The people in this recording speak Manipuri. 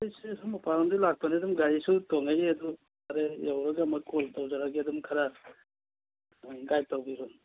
ꯑꯩꯁꯦ ꯑꯁꯣꯝ ꯃꯄꯥꯜ ꯂꯣꯝꯗꯒꯤ ꯂꯥꯛꯄꯅꯤ ꯑꯗꯨ ꯒꯥꯔꯤꯁꯨ ꯇꯣꯡꯉꯛꯏ ꯑꯗꯨ ꯐꯔꯦ ꯌꯧꯔꯒ ꯑꯃꯨꯛ ꯀꯣꯜ ꯇꯧꯖꯔꯛꯑꯒꯦ ꯑꯗꯨꯝ ꯈꯔ ꯒꯥꯏꯗ ꯇꯧꯕꯤꯔꯣ